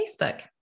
Facebook